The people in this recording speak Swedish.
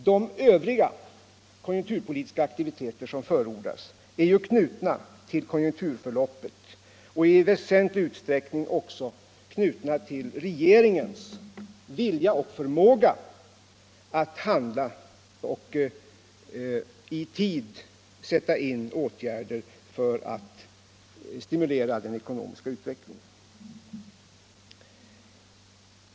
De övriga konjunkturpolitiska aktiviteter som förordas är ju knutna till konjunkturförloppet och också i väsentlig utsträckning till regeringens vilja och förmåga att handla och i tid sätta in åtgärder för att stimulera den ekonomiska politiken.